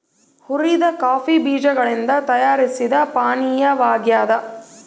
ಹುರಿದ ಕಾಫಿ ಬೀಜಗಳಿಂದ ತಯಾರಿಸಿದ ಪಾನೀಯವಾಗ್ಯದ